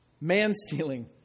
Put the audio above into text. Man-stealing